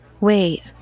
Wait